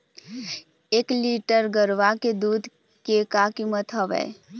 एक लीटर गरवा के दूध के का कीमत हवए?